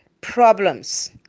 problems